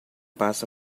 passa